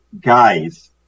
guys